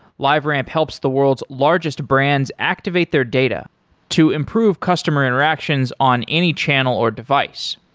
liveramp helps the world's largest brands activate their data to improve customer interactions on any channel or device.